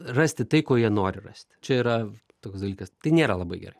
rasti tai ko jie nori rasti čia yra toks dalykas tai nėra labai gerai